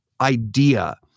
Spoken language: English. idea